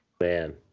Man